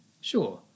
sure